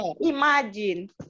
Imagine